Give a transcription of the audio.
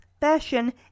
fashion